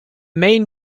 main